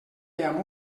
amb